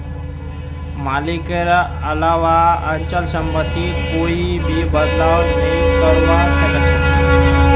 मालिकेर अलावा अचल सम्पत्तित कोई भी बदलाव नइ करवा सख छ